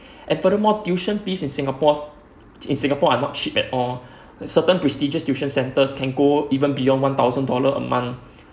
and furthermore tuition fees in singapore's in singapore are not cheap at all certain prestigious tuition centres can go even beyond one thousand dollar a month